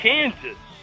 Kansas